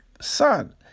Son